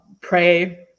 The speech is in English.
pray